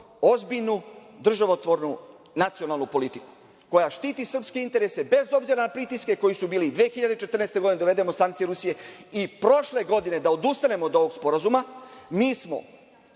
ozbiljnu, državotvornu, nacionalnu politiku koja štiti srpski interese bez obzira na pritiske koji su bili 2014. godine, da uvedemo sankcije Rusije i prošle godine da odustanemo od ovog sporazuma, mi smo